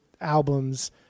albums